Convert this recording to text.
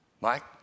Mike